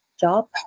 job